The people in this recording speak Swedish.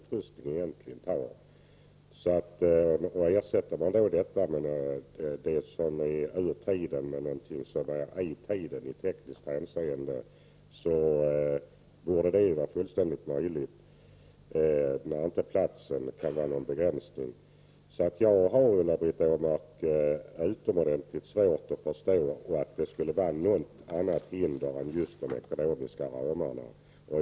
Om man ersätter det som är ur tiden med något som är i tiden i tekniskt hänseende, borde det vara helt möjligt när inte platsen utgör någon begränsning. Jag har därför, Ulla-Britt Åbark, utomordentligt svårt att förstå att det skulle finnas något annat hinder än just de ekonomiska ramarna.